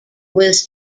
was